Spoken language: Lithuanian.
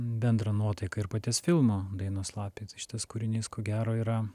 bendrą nuotaiką ir paties filmo dainos lapei tai šitas kūrinys ko gero yra